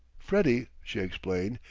freddie, she explained,